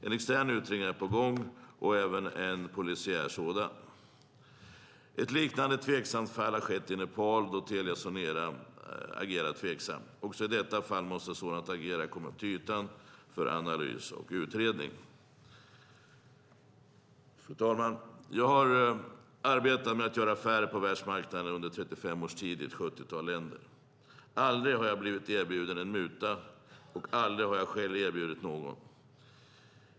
En extern utredning och även en polisiär är på gång. Ett liknande tveksamt fall har skett i Nepal då Telia Sonera har agerat tveksamt. Också i detta fall måste ett sådant agerande komma upp till ytan för analys och utredning. Fru talman! Jag har arbetat med att göra affärer på världsmarknaden under 35 års tid i ett sjuttiotal länder. Jag har aldrig blivit erbjuden en muta, och jag har själv aldrig erbjudit någon.